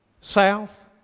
south